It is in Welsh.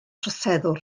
troseddwr